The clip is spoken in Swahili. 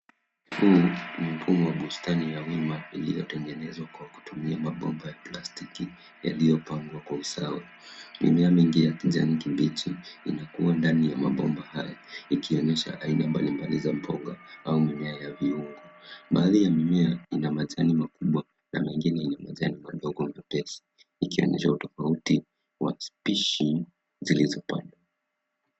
Huu ni mfumo wa bustani ya wima iliyotengenezwa kwa kutumia mabomba ya plastiki yaliyopangwa kwa usawa. Mimea mingi ya kijani kibichi inakuwa ndani ya mabomba haya ikionyesha aina mbalimbali za mboga au mimea ya viungo. Baadhi ya mimea ina majani makubwa na mengine madogo ikionyesha utofauti wa spishi zilizopandwa.